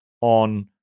on